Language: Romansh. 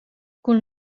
cun